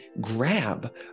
grab